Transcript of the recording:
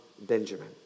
Benjamin